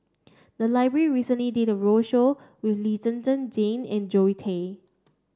the library recently did a roadshow with Lee Zhen Zhen Jane and Zoe Tay